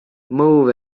move